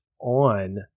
on